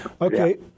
Okay